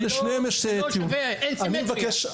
זה לא שווה, אין סימטריה.